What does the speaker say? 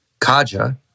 Kaja